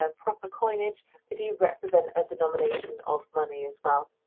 ah proper coinage, they do represent as denomination of money as well.